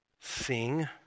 sing